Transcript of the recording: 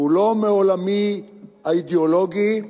והוא לא מעולמי האידיאולוגי,